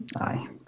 Aye